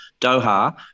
Doha